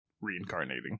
reincarnating